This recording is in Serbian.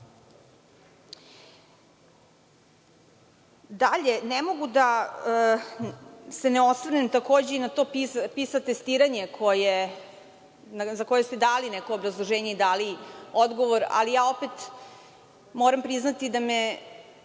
ne mogu se ne osvrnem takođe i na to PISA testiranje za koje ste dali neko obrazloženje i dali odgovor, ali opet moram priznati da me